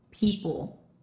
People